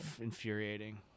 infuriating